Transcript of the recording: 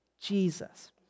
Jesus